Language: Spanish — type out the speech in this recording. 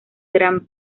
gran